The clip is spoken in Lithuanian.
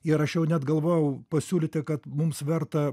ir aš jau net galvojau pasiūlyti kad mums verta